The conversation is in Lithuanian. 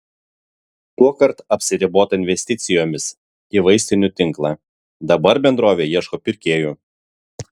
tuokart apsiribota investicijomis į vaistinių tinklą dabar bendrovė ieško pirkėjų